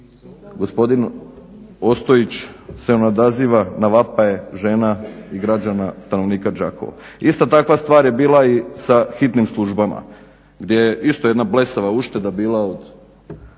gospodin Osotjić se ne odaziva na vapaje žena i građana stanovnika Đakova. Isto takva stvar je bila i sa hitnim službama gdje je isto jedna blesava ušteda bila od